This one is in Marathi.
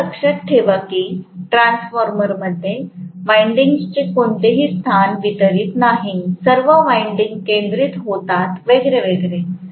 कृपया लक्षात ठेवा की ट्रान्सफॉर्मरमध्ये विंडिंग्जचे कोणतेही स्थान वितरण नाही सर्व विंडिंग्स केंद्रित होते वगैरे वगैरे